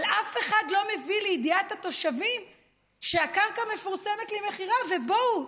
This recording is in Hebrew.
אבל אף אחד לא מביא לידיעת התושבים שהקרקע מפורסמת למכירה: בואו,